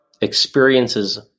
experiences